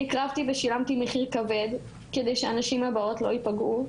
אני הקרבתי ושילמתי מחיר כבד כדי שהנשים הבאות לא ייפגעו,